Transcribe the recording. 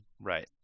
right